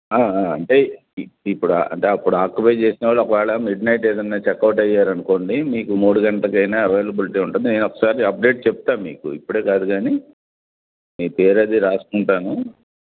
అంటే ఇప్పుడు అంటే అప్పుడు ఆక్యుపై చేసినోళ్ళు ఒకవేళ మిడ్నైట్ ఏదైనా చెక్ అవుట్ అయ్యారనుకోండి మీకు మూడుగంటలకైనా అవైలబులిటీ ఉంటుంది నేనొకసారి అప్డేట్ చెప్తాను మీకు ఇప్పుడే కాదు కానీ మీపేరది రాసుకుంటాను